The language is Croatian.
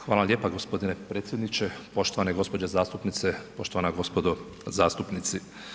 Hvala lijepa g. predsjedniče, poštovane gospođe zastupnice, poštovana gospodo zastupnici.